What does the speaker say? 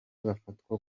bafatwa